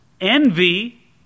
Envy